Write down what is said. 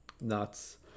nuts